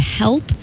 help